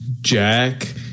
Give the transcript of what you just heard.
Jack